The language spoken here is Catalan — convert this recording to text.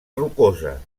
rocosa